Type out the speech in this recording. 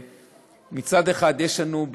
מצד אחד יש לנו,